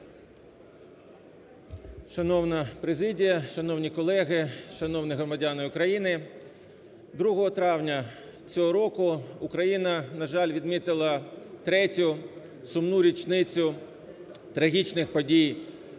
Шановна президія, шановні колеги, шановні громадяни України! Другого травня цього року Україна, на жаль, відмітила третю сумну річницю трагічних подій в